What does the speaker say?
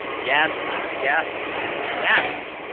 yes yes, and yes,